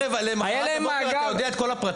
מהערב עד למוחרת אתה יודע עליה את כל הפרטים?